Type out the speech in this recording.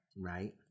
Right